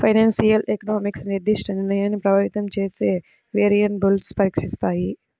financial economics నిర్దిష్ట నిర్ణయాన్ని ప్రభావితం చేసే వేరియబుల్స్ను పరీక్షిస్తాయి